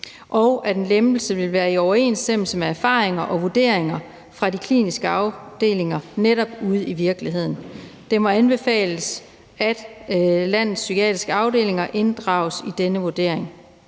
og en lempelse skal være i overensstemmelse med erfaringer og vurderinger fra de kliniske afdelinger netop ude i virkeligheden. Det må anbefales, at landets psykiatriske afdelinger inddrages i denne vurdering.